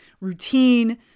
routine